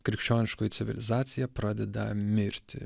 krikščioniškoji civilizacija pradeda mirti